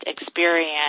experience